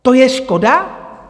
To je škoda?